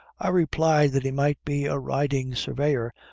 i replied that he might be a riding surveyor,